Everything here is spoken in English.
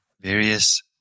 various